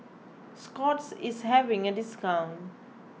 Scott's is having a discount